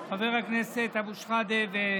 חבר הכנסת שחאדה,